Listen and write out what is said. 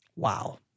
Wow